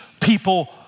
people